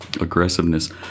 aggressiveness